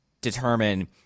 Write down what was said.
determine